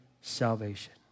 salvation